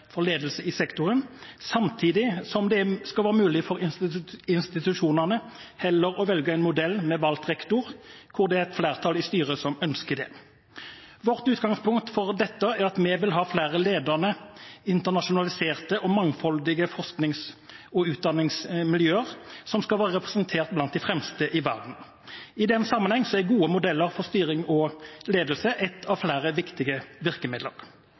for ledelse i sektoren, samtidig som det skal være mulig for institusjonene heller å velge en modell med valgt rektor, når et flertall i styret ønsker det. Vårt utgangspunkt for dette er at vi vil ha flere ledende, internasjonaliserte og mangfoldige forsknings- og utdanningsmiljøer som skal være representert blant de fremste i verden. I den sammenheng er gode modeller for styring og ledelse et av flere viktige virkemidler.